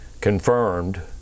confirmed